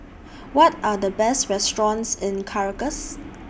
What Are The Best restaurants in Caracas